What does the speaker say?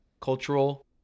cultural